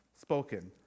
Spoken